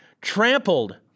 Trampled